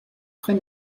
très